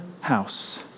house